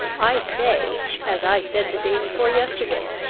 i say, as i said the day before yesterday,